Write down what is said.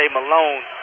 Malone